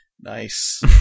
Nice